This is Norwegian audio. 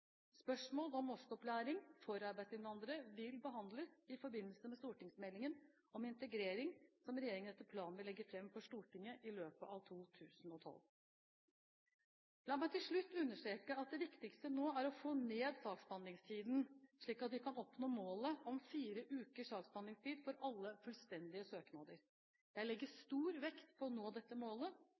Spørsmål om norskopplæring for arbeidsinnvandrere vil bli behandlet i forbindelse med stortingsmeldingen om integrering, som regjeringen etter planen vil legge fram for Stortinget i løpet av 2012. La meg til slutt understreke at det viktigste nå er å få ned saksbehandlingstiden, slik at vi kan oppnå målet om fire ukers saksbehandlingstid for alle fullstendige søknader. Jeg legger stor vekt på å nå dette målet,